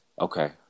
Okay